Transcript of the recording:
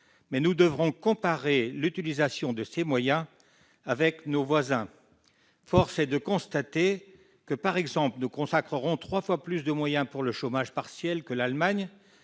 mais nous devrons comparer l'utilisation de ces moyens avec la pratique de nos voisins. Force est de constater, par exemple, que nous consacrerons trois fois plus de moyens au chômage partiel que l'Allemagne,